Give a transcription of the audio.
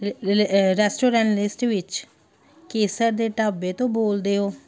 restaurant list ਵਿੱਚ ਕੇਸਰ ਦੇ ਢਾਬੇ ਤੋਂ ਬੋਲਦੇ ਹੋ